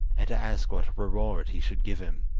and to ask what reward he should give him.